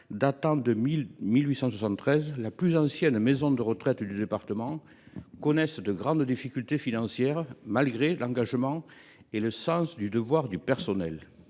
date de 1873 – c’est la plus ancienne maison de retraite du département –, connaissent de grandes difficultés financières, malgré l’engagement et le sens du devoir du personnel.